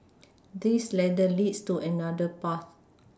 this ladder leads to another path